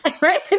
right